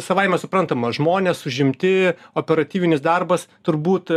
savaime suprantama žmonės užimti operatyvinis darbas turbūt